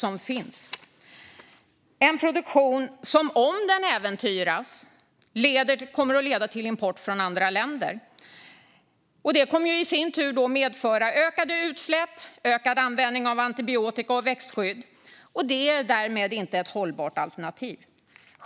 Om denna produktion äventyras kommer det att leda till import från andra länder, vilket i sin tur kommer att medföra ökade utsläpp och ökad användning av antibiotika och växtskydd. Det är inte ett hållbart alternativ.